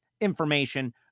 information